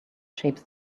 shapes